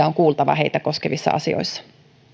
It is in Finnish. on kuultava heitä koskevissa asioissa